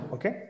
Okay